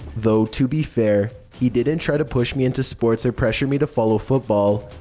though, to be fair, he didn't try to push me into sports or pressure me to follow football.